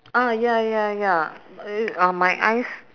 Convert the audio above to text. ah ya ya ya uh my eyes